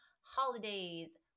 holidays